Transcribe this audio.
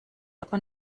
aber